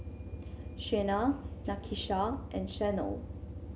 Shena Nakisha and Shanell